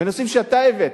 בנושאים שאתה הבאת,